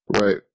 Right